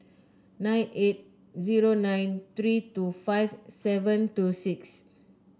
nine eight zero nine three two five seven two six